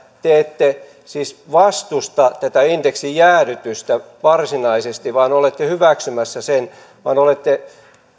te ette siis vastusta tätä indeksin jäädytystä varsinaisesti olette hyväksymässä sen vaan olette